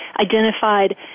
identified